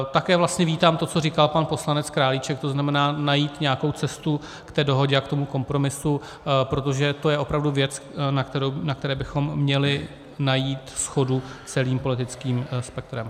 Také vítám to, co říkal pan poslanec Králíček, tzn. najít nějakou cestu k té dohodě a ke kompromisu, protože to je opravdu věc, na které bychom měli najít shodu celým politickým spektrem.